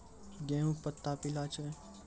गेहूँ के पत्ता पीला छै?